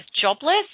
jobless